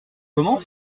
comment